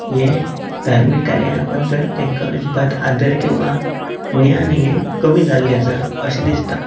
हें धार्मिक कार्यां बद्दल तेकां अजिबात आदर किंवां ज्ञान हें कमी जाल्लें आसा अशें दिसता